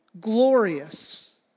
glorious